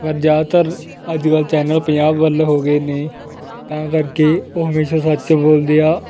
ਪਰ ਜ਼ਿਆਦਾਤਰ ਅੱਜ ਕੱਲ੍ਹ ਚੈਨਲ ਪੰਜਾਬ ਵੱਲ ਹੋ ਗਏ ਨੇ ਤਾਂ ਕਰਕੇ ਉਹ ਹਮੇਸ਼ਾ ਸੱਚ ਬੋਲਦੇ ਆ